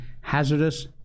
hazardous